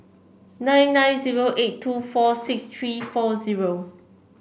nine nine zero eight two four six three four zero